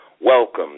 welcome